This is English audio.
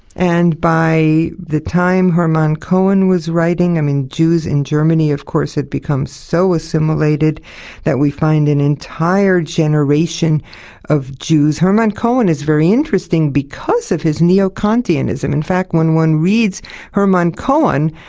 and by the time hermann cohen was writing, i mean jews in germany of course had become so assimilated that we find an entire generation of jews. hermann cohen is very interesting because of his neo-kantianism in fact, when one reads hermann cohen,